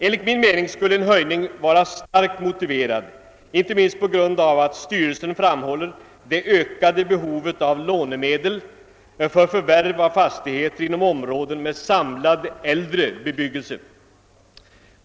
Enligt min mening skulle en höjning vara starkt motiverad, icke minst på grund av att styrelsen hänvisar till ett ökat behov av lånemedel för förvärv av fastigheter inom områden med samlad äldre bebyggelse.